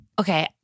Okay